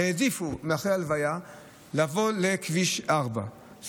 העדיפו לבוא לכביש 4 אחרי ההלוויה,